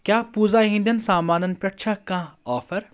کیٛاہ پوٗزا ہِنٛدٮ۪ن سامانن پٮ۪ٹھ چھا کانٛہہ آفر